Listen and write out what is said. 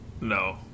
No